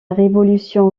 révolution